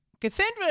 Cassandra